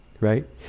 right